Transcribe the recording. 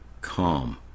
calm